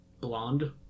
blonde